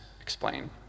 explain